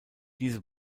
diese